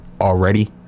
already